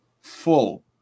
full